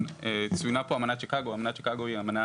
צוינה פה אמנת שיקגו, אמנת שיקגו היא אמנה